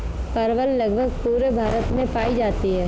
परवल लगभग पूरे भारत में पाई जाती है